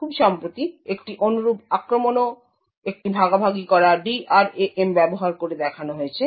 খুব সম্প্রতি একটি অনুরূপ আক্রমণও একটি ভাগাভাগি করা DRAM ব্যবহার করে দেখানো হয়েছে